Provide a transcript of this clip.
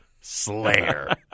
Slayer